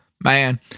man